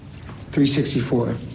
.364